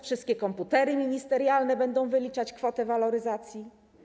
Wszystkie komputery ministerialne będą wyliczać kwotę waloryzacji?